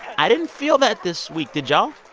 i didn't feel that this week. did y'all?